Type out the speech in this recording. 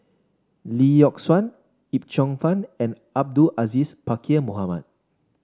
Lee Yock Suan Yip Cheong Fun and Abdul Aziz Pakkeer Mohamed